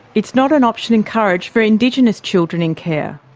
it is not an option encouraged for indigenous children in care.